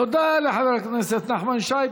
תודה לחבר הכנסת נחמן שי.